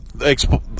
explain